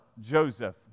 Joseph